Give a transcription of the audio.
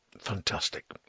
Fantastic